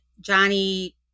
Johnny